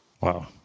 Wow